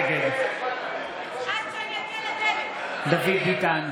נגד דוד ביטן,